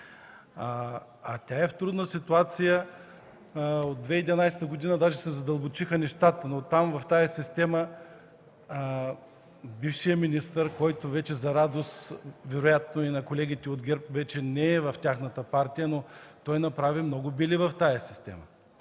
Тя е в трудна ситуация от 2011 г., даже се задълбочиха нещата, но в тази система бившият министър, който, за радост, вероятно и на колегите от ГЕРБ вече не е в тяхната партия, направи много бели в тази система